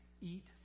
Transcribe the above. eat